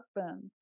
husband